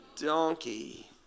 donkey